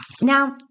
Now